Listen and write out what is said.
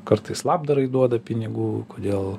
kartais labdarai duoda pinigų kodėl